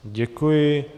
Děkuji.